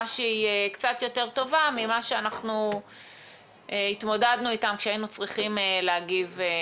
שהיא קצת יותר טובה ממה שאנחנו התמודדנו אתם כשהיינו צריכים להגיב מידית.